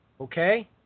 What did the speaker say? Okay